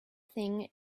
thing